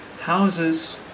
houses